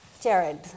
Jared